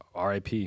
RIP